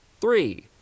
three